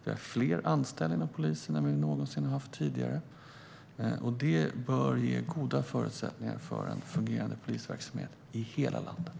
Vi har fler anställda inom polisen än vi någonsin tidigare haft. Det bör ge goda förutsättningar för en fungerande polisverksamhet i hela landet.